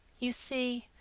you see,